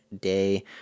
day